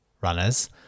runners